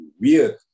weird